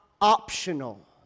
optional